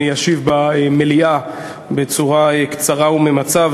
אני אשיב במליאה בצורה קצרה וממצה.